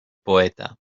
poeta